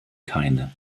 keine